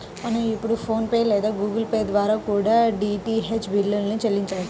మనం ఇప్పుడు PhonePe లేదా గుగుల్ పే ల ద్వారా కూడా డీటీహెచ్ బిల్లుల్ని చెల్లించొచ్చు